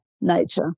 nature